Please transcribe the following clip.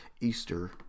Easter